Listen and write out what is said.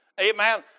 Amen